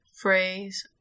phrase